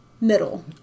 middle